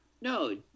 No